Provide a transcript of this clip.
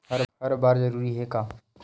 हर बार जरूरी हे का?